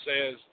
says